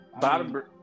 Bottom